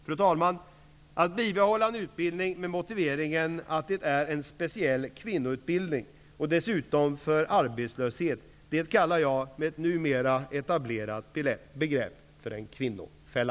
Fru talman! Att bibehålla en utbildning med motiveringen att det är en speciell kvinnoutbildning och dessutom utbilda för arbetslöshet, det kallar jag -- med ett numera etablerat begrepp -- för en kvinnofälla.